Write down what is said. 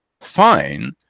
fine